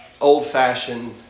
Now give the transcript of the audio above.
Old-fashioned